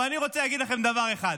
ואני רוצה להגיד לכם דבר אחד: